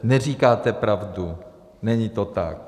Neříkáte pravdu, není to tak.